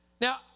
Now